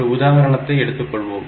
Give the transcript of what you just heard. ஒரு உதாரணத்தை எடுத்துக் கொள்வோம்